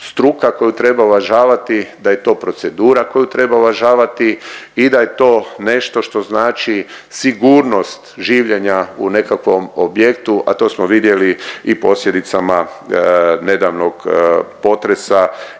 struka koju treba uvažavati, da je to procedura koju treba uvažavati i da je to nešto što znači sigurnost življenja u nekakvom objektu, a to smo vidjeli i posljedicama nedavnog potresa